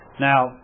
Now